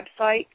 website